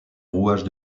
rouages